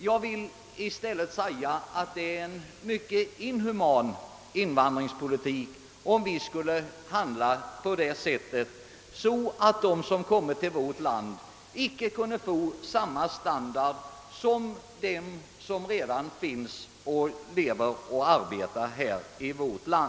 Jag vill i stället säga att det är en mycket inhuman invandringspolitik om vi handlar på det sättet att de som kommer till vårt land inte kan få samma standard som de har vilka redan lever och arbetar här.